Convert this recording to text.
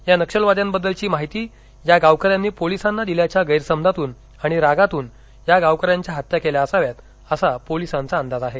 या नक्षलवाद्यांबद्दलची माहिती या गावकऱ्यांनी पोलिसांना दिल्याच्या गैरसमजातून आणि रागातून या गावकऱ्याच्या हत्या केल्या असाव्यात असा पोलिसांचा अंदाज आहे